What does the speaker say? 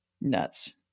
Nuts